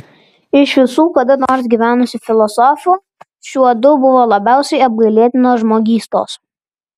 iš visų kada nors gyvenusių filosofų šiuodu buvo labiausiai apgailėtinos žmogystos